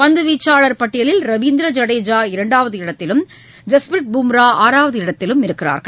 பந்துவீச்சாளர் பட்டியலில் ரவீந்திர ஜடேஜா இரண்டாவது இடத்திலும் ஜஸ்பிரிட் பூம்ரா ஆறாவது இடத்தில் உள்ளனர்